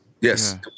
yes